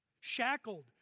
Shackled